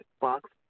box